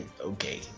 okay